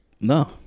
No